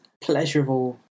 pleasurable